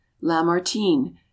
Lamartine